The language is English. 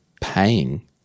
paying